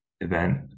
event